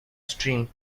stream